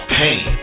pain